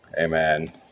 amen